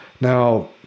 Now